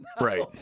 Right